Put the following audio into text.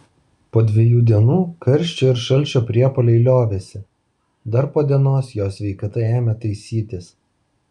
po dviejų dienų karščio ir šalčio priepuoliai liovėsi dar po dienos jo sveikata ėmė taisytis